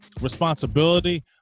responsibility